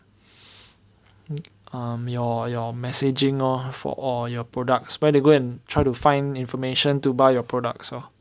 um your your messaging lor for all your products where to go and try to find information to buy your products lor